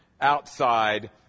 outside